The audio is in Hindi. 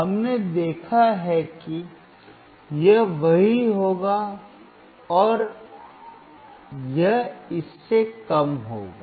हमने देखा है कि यह वही होगा और यह इससे कम होगा